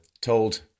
told